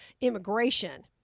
immigration